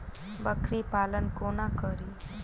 बकरी पालन कोना करि?